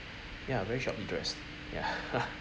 ya very sharply dressed ya